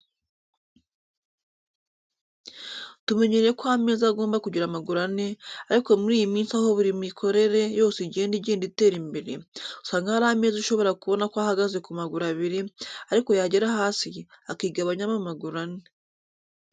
Tumenyereye ko ameza agomba kugira amaguru ane ariko muri iyi minsi aho buri mikorere yose igenda igenda itera imbere, usanga hari ameza ushobora kubona ko ahagaze ku maguru abiri ariko yagera hasi, akigabanyamo amaguru ane.